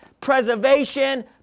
preservation